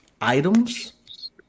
items